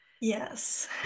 Yes